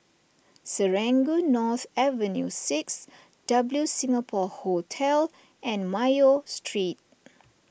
Serangoon North Avenue six W Singapore Hotel and Mayo Street